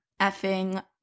effing